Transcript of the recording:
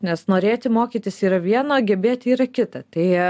nes norėti mokytis yra viena gebėti yra kita tai